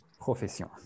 Profession